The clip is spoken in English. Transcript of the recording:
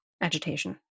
Agitation